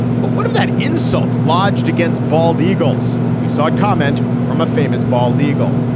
but what does that insult lodged against bald eagles? we saw comment from a famous bald eagle